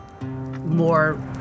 more